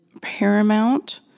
paramount